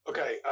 Okay